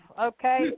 okay